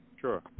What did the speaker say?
Sure